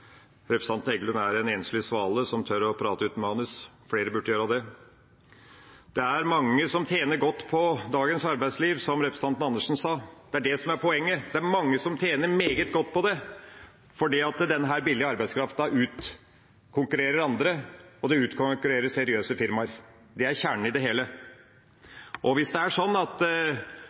Representanten Heggelund er en enslig svale som tør å prate uten manus. Flere burde gjøre det. Det er mange som tjener godt på dagens arbeidsliv, som representanten Andersen sa. Det er det som er poenget. Det er mange som tjener meget godt på det fordi den billige arbeidskraften utkonkurrerer andre, og utkonkurrerer seriøse firmaer. Det er kjernen i det hele. Og hvis det er sånn at